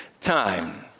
time